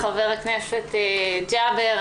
חבר הכנסת ג'אבר,